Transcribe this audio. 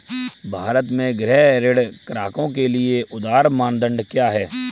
भारत में गृह ऋण ग्राहकों के लिए उधार मानदंड क्या है?